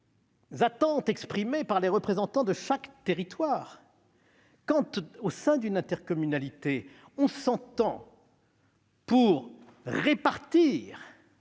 les attentes exprimées par les représentants de chaque territoire. Quand, au sein d'une intercommunalité, on s'entend pour répartir